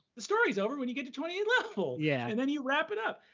the story's over when you get to twentieth level, yeah and then you wrap it up.